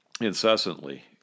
incessantly